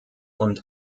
und